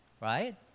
right